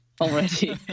already